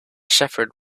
shepherd